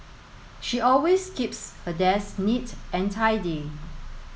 she always keeps her desk neat and tidy